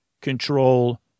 control